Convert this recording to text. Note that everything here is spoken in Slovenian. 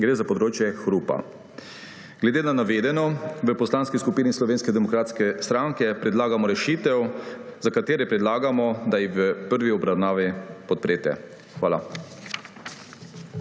gre za področje hrupa. Glede na navedeno v Poslanski skupini Slovenske demokratske stranke predlagamo rešitve, za katere predlagamo, da jih v prvi obravnavi podprete. Hvala.